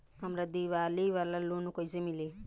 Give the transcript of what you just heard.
हमरा दीवाली वाला लोन कईसे मिली?